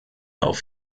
auf